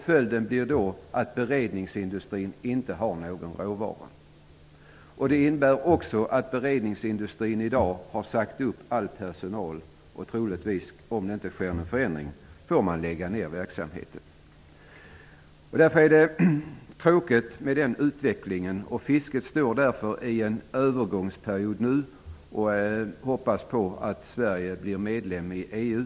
Följden blir att beredningsindustrin inte får råvaror. Beredningsindustrin har i dag sagt upp all personal. Om det inte blir någon förändring får man troligen lägga ner verksamheten. Denna utveckling är tråkig. Fisket befinner sig nu i en övergångsperiod. Man hoppas att Sverige blir medlem i EU.